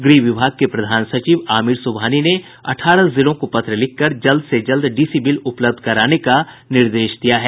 गृह विभाग के प्रधान सचिव आमिर सुबहानी ने अठारह जिलों को पत्र लिखकर जल्द से जल्द डीसी बिल उपलब्ध कराने का निर्देश दिया है